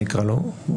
נקרא לו כך,